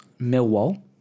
Millwall